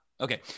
Okay